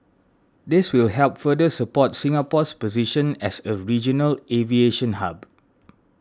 this will help further support Singapore's position as a regional aviation hub